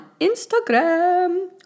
Instagram